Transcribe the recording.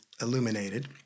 illuminated